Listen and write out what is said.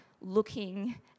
looking